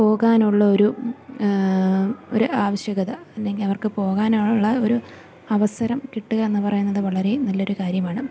പോകാനുള്ള ഒരു ഒര് ആവശ്യകത അല്ലെങ്കിൽ അവർക്ക് പോകാനുള്ള ഒരു അവസരം കിട്ടുക എന്ന് പറയുന്നത് വളരെ നല്ലൊരു കാര്യമാണ്